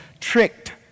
tricked